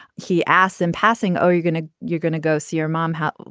he asks in passing oh you're going to you're going to go see your mom how.